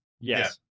Yes